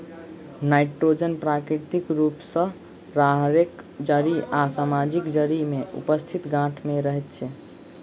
nitrogen प्राकृतिक रूप सॅ राहैड़क जड़ि आ सजमनिक जड़ि मे उपस्थित गाँठ मे रहैत छै